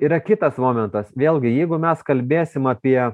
yra kitas momentas vėlgi jeigu mes kalbėsim apie